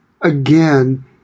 again